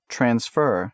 Transfer